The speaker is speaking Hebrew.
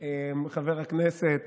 הוא חבר הכנסת